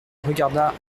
regarda